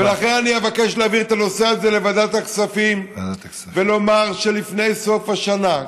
לכן אני אבקש להעביר את הנושא הזה לוועדת הכספים ולומר שלפני סוף השנה,